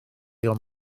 ond